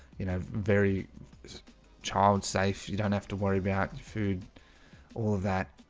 you know, very child safe, you don't have to worry about the food all of that